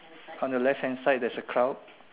on the left hand side there is a crowd